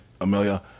Amelia